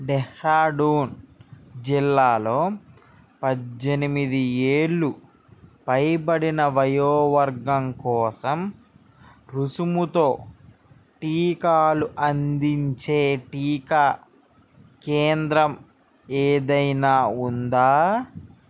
డెహ్రాడూన్ జిల్లాలో పద్దెనిమిది ఏళ్లు పైబడిన వయోవర్గం కోసం రుసుముతో టీకాలు అందించే టీకా కేంద్రం ఏదైనా ఉందా